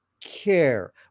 care